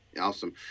awesome